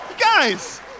guys